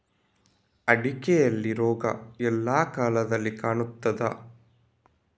ಅಡಿಕೆಯಲ್ಲಿ ರೋಗ ಎಲ್ಲಾ ಕಾಲದಲ್ಲಿ ಕಾಣ್ತದ?